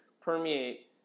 permeate